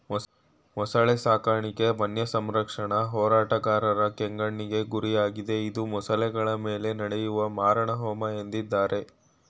ಮೊಸಳೆ ಸಾಕಾಣಿಕೆ ವನ್ಯಸಂರಕ್ಷಣಾ ಹೋರಾಟಗಾರರ ಕೆಂಗಣ್ಣಿಗೆ ಗುರಿಯಾಗಿದೆ ಇದು ಮೊಸಳೆಗಳ ಮೇಲೆ ನಡೆಯುವ ಮಾರಣಹೋಮ ಎಂದಿದ್ದಾರೆ